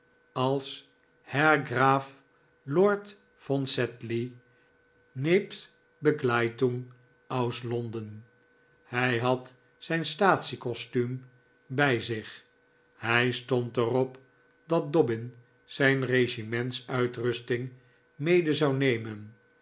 als herr graf lord von sedley nebst begleitung aus london hij had zijn statiecostuum bij zich hij stond er op dat dobbin zijn regimentsuitrusting mede zou nemen